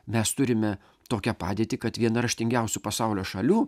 mes turime tokią padėtį kad viena raštingiausių pasaulio šalių